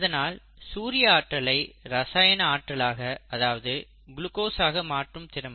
அதனால் சூரிய ஆற்றலை ரசாயன ஆற்றலாக அதாவது குளுக்கோஸ்சாக மாற்றும் திறமை